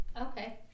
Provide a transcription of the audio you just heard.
Okay